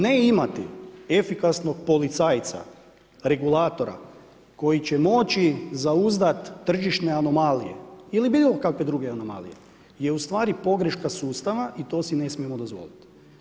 Ne imati efikasnog policajca, regulatora koji će moći zauzdati tržišne anomalije ili bilo kakve druge anomalije je ustvari pogreška sustava i to si ne smijemo dozvoliti.